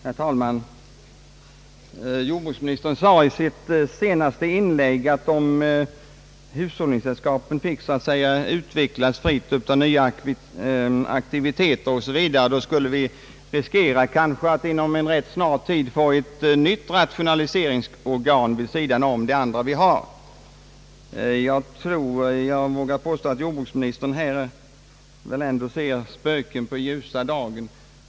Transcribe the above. Herr talman! Jordbruksministern framhöll i sitt senaste inlägg att vi om hushållningssällskapen fick utvecklas fritt och uppta nya aktiviteter inom en ganska kort tid kanske skulle finna ett nytt rationaliseringsorgan vid sidan av det som vi nu har. Jag tror jag vågar påstå att jordbruksministern härvidlag ser spöken på ljusa dagen.